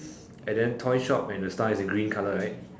and then toy shop and the star is in green colour right